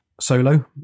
solo